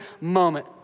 moment